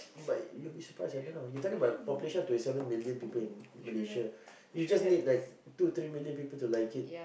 but you'll be surprised I don't know you talking about population of twenty seven million people in Malaysia you just need like two three million people to like it